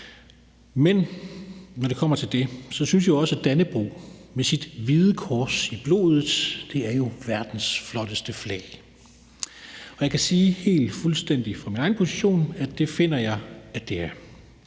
Men når vi kommer til det med flag, synes jeg, at Dannebrog med sit hvide kors i blodet er verdens flotteste flag. Jeg kan sige fuldstændig fra min egen position, at det finder jeg at det er.